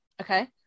okay